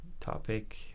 topic